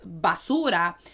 basura